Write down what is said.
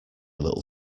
little